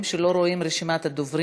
עמיתתי לסיעה חברת הכנסת טלי פלוסקוב,